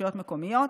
רשויות מקומיות,